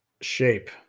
shape